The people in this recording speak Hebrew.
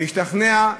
וזה השתכנע,